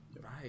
right